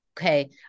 okay